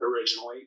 originally